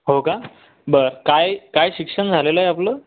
हो का बरं काय काय शिक्षण झालेलं आहे आपलं